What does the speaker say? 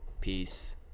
peace